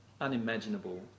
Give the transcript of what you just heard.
unimaginable